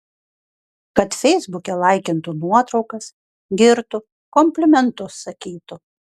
kad feisbuke laikintų nuotraukas girtų komplimentus sakytų